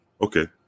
Okay